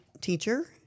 teacher